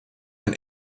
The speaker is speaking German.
ein